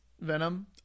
Venom